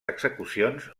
execucions